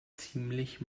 ziemlich